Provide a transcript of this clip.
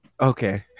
Okay